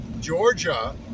Georgia